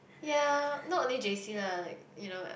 ya not only J_C lah like you know